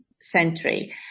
century